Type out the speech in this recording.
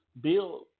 build